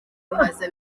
ibihaza